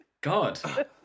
God